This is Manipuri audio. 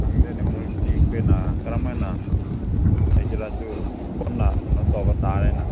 ꯈꯪꯗꯦꯅꯦ ꯃꯣꯏ ꯆꯤꯡꯈꯣꯏꯅ ꯀꯔꯝꯍꯥꯏꯅ ꯂꯩꯒꯦꯔꯥ ꯑꯗꯨ ꯄꯨꯟꯅ ꯀꯩꯅꯣ ꯇꯧꯕ ꯇꯥꯔꯦꯅ